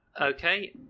Okay